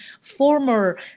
former